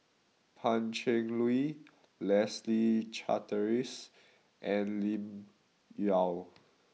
Pan Cheng Lui Leslie Charteris and Lim Yau